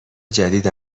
جدید